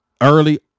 Early